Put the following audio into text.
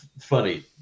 funny